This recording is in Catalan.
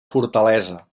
fortalesa